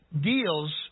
deals